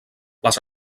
les